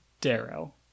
darrow